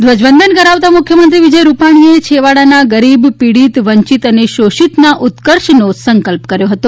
ધ્વજવંદન કરાવતા મુખ્યમંત્રી વિજય રૂપાણીએ છેવાડાના ગરીબ પીડીત વંચીત શોષિતના ઉત્કર્ષનો સંકલ્પ કર્યો હતો